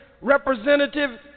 Representative